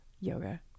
yoga